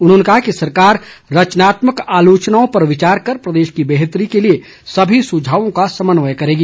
उन्होंने कहा कि सरकार रचनात्मक आलोचनाओं पर विचार कर प्रदेश की बेहतरी के लिए सभी सुझावों का समन्वय करेगी